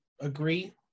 agree